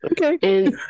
okay